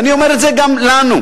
ואני אומר את זה גם לנו.